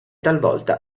talvolta